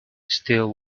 still